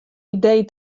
idee